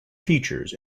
features